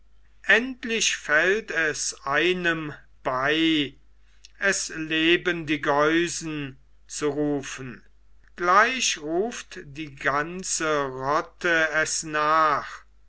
endlich fällt es einem bei es leben die geusen zu rufen gleich ruft die ganze rotte es nach